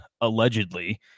allegedly